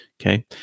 Okay